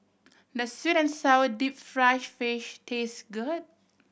does sweet and sour deep fried fish taste good